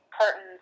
curtains